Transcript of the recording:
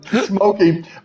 smoking